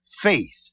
faith